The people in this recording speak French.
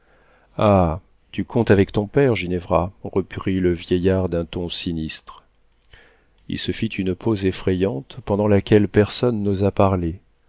ah tu comptes avec ton père ginevra reprit le vieillard d'un ton sinistre il se fit une pause effrayante pendant laquelle personne n'osa parler